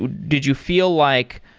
did you feel like,